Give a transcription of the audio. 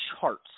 charts